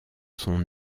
son